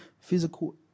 physical